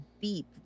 beep